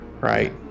right